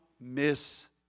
miss